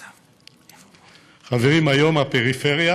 חברים, היום הפריפריה